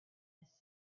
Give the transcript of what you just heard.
his